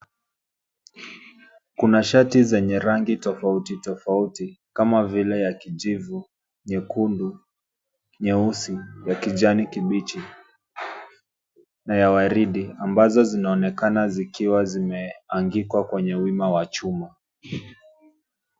Kuna shati zenye rangi tofauti tofauti kama vile ya kijivu, nyekundu, nyeusi, ya kijani kibichi na ya waridi ambazo zinaonekana zikiwa zimeangikwa kwenye wima wa chuma.